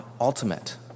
ultimate